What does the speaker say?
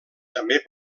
també